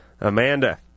Amanda